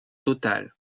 totale